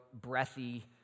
breathy